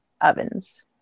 ovens